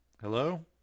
hello